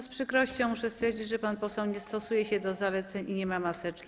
Z przykrością muszę stwierdzić, że pan poseł nie stosuje się do zaleceń i nie ma maseczki.